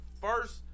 first